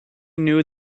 knew